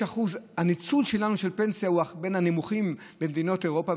הניצול שלנו של פנסיה הוא מהנמוכים במדינות אירופה,